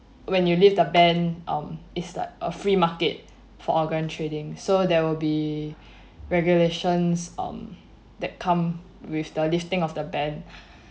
when you lift the ban um is like a free market for organ trading so there will be regulations on that come with the lifting of the ban